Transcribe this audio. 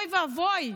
אוי ואבוי,